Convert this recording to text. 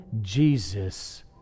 Jesus